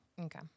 Okay